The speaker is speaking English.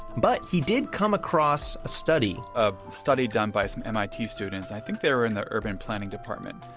but he did come across a study a study done by some mit students. i think they were in the urban planning department.